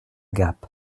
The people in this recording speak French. gap